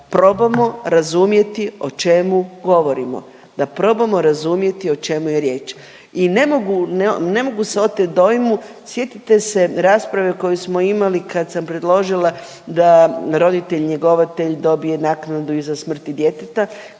probamo razumjeti o čemu govorimo, da probamo razumjeti o čemu je riječ. I ne mogu, ne mogu se oteti dojmu, sjetite se rasprave koju smo imali kad sam predložila da roditelj njegovatelj dobije naknadu iza smrti djeteta